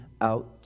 out